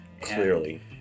clearly